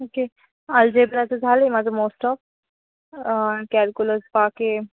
okay आल्जेब्राचं झालं आहे माझं मोस्ट ऑफ कॅल्क्युलस बाकी आहे